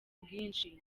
bwinshi